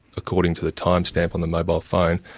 according to the timestamp on the mobile phone,